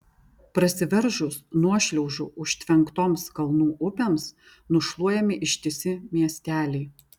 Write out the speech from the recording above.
prasiveržus nuošliaužų užtvenktoms kalnų upėms nušluojami ištisi miesteliai